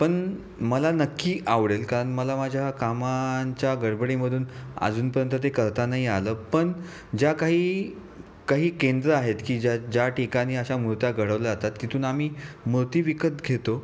पण मला नक्की आवडेल कारण मला माझ्या कामांच्या गडबडीमधून अजूनपर्यंत ते करता नाही आलं पण ज्या काही काही केंद्रं आहेत की ज्या ज्या ठिकाणी अशा मुर्त्या घडवल्या जातात तिथून आम्ही मूर्ती विकत घेतो